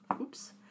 Oops